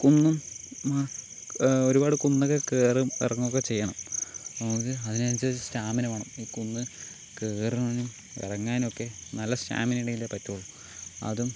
കുന്നും ഒരുപാട് കുന്നൊക്കെ കയറുകയും ഇറങ്ങുകയുമൊക്കെ ചെയ്യണം നമുക്ക് അതിനനുസരിച്ച് സ്റ്റാമിന വേണം ഈ കുന്ന് കയാറാനും ഇറങ്ങാനുമൊക്കെ നല്ല സ്റ്റാമിനയുണ്ടെങ്കിലേ പറ്റുകയുള്ളൂ അതും